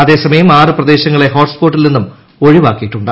അതേ സമയം ആറ് പ്രദേശങ്ങളെ ഹോട്സ്പോട്ടിൽ നിന്നും ഒഴിവാക്കിയിട്ടുണ്ട്